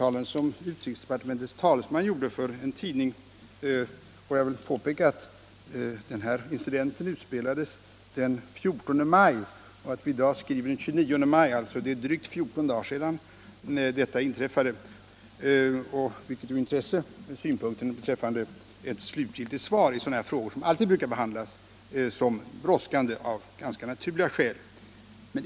Den här incidenten inträffade den 14 maj och i dag skriver vi den 29 maj; alltså är det drygt 14 dagar sedan den inträffade. Detta är av intresse ur den synpunkten att något slutgiltigt svar ännu inte lämnats. Sådana här frågor brukar av naturliga skäl alltid behandlas som brådskande.